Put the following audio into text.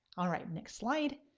alright, next slide.